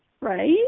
right